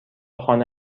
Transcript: خانه